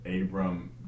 Abram